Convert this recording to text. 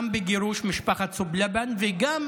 גם בגירוש משפחת סוב לבן וגם